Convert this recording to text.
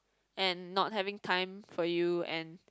and not having time for you and